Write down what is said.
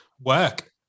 Work